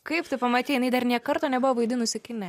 kaip tu pamatei jinai dar nė karto nebuvo vaidinusi kine